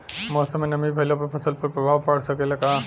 मौसम में नमी भइला पर फसल पर प्रभाव पड़ सकेला का?